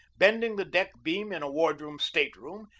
bending the deck beam in a ward room state-room,